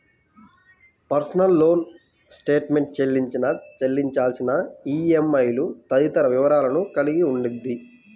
personal loan statement చెల్లించిన, చెల్లించాల్సిన ఈఎంఐలు తదితర వివరాలను కలిగి ఉండిద్ది